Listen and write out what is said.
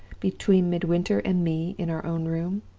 between midwinter and me in our own room?